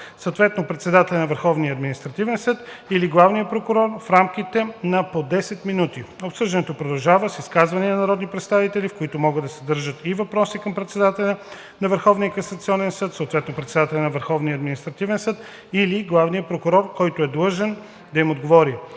съответно председателя на Върховния административен съд или главния прокурор в рамките на по 10 минути. Обсъждането продължава с изказвания на народни представители, в които могат да се съдържат и въпроси към председателя на Върховния касационен съд, съответно председателя на Върховния административен съд или главния прокурор, който е длъжен да им отговори.